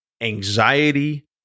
Anxiety